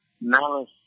malice